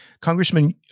Congressman